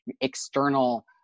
external